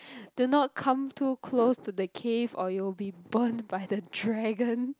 do not come too close to the cave or you'll be burnt by the dragon